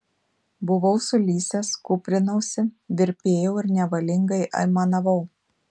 buvau sulysęs kūprinausi virpėjau ir nevalingai aimanavau